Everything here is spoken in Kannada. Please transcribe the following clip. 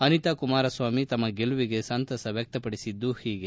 ಅನಿತಾ ಕುಮಾರಸ್ವಾಮಿ ತಮ್ಮ ಗೆಲುವಿಗೆ ಸಂತಸ ವ್ಯಕ್ತಪಡಿಸಿದ್ದು ಹೀಗೆ